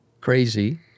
crazy